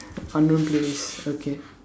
unknown playlist okay